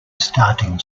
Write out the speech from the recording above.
starting